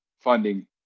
funding